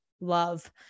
love